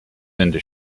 into